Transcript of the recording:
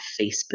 Facebook